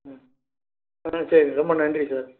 ம் ஆ சரிங்க ரொம்ப நன்றி சார்